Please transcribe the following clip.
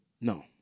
No